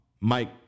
Mike